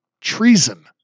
treason